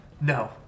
No